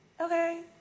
okay